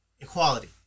equality